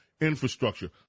infrastructure